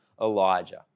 Elijah